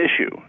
issue